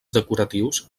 decoratius